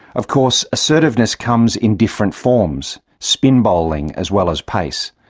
of course, assertiveness comes in different forms spin bowling as well as pace,